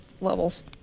Levels